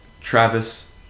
Travis